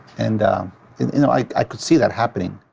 and i could see that happening.